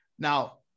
Now